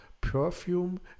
Perfume